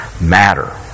matter